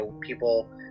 people